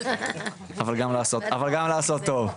אבל גם לעשות טוב.